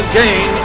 gain